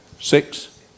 six